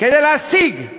כדי להשיג את